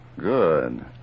Good